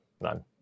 none